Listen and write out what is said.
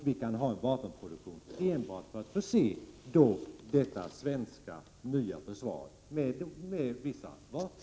Vi kan ha en vapenproduktion enbart för att förse detta nya svenska försvar med vissa vapen.